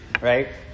right